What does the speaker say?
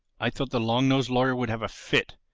i thought the long-nosed lawyer would have a fit.